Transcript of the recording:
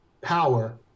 power